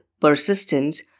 Persistence